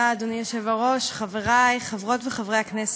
אדוני היושב-ראש, תודה, חברי חברות וחברי הכנסת,